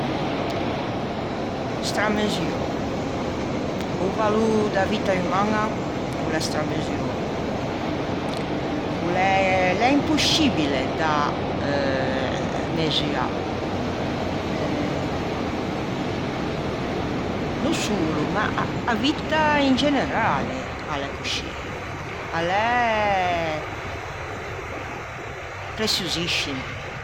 Stramesuou, o valô da vitta umaña o l'e stramesuou. O l'é l'é imposcibile da mesuâ e no solo ma a vitta in generale a l'é coscì a l'é preçiosiscima